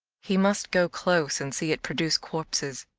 he must go close and see it produce corpses.